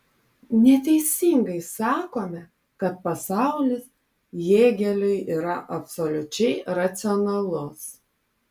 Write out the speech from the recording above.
neteisingai sakome kad pasaulis hėgeliui yra absoliučiai racionalus